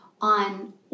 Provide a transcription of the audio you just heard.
on